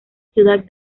ciudad